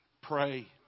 Pray